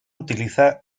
utiliza